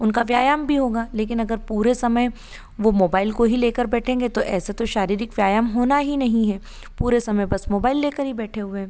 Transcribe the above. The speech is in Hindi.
उनका व्यायाम भी होगा लेकिन अगर पूरे समय वो मोबाईल को ही लेकर बैठेंगे तो ऐसा तो शारीरक व्यायाम होना ही नहीं है पूरे समय बस मोबाईल लेकर बैठे हुए हैं